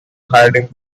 hiding